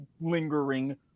lingering